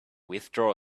withdraw